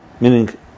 meaning